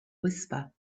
whisper